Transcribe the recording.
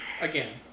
Again